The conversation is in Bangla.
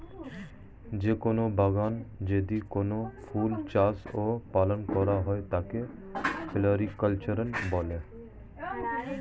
যে কোন বাগানে যদি কোনো ফুল চাষ ও পালন করা হয় তাকে ফ্লোরিকালচার বলে